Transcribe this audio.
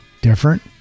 Different